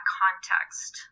context